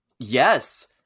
yes